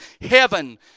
Heaven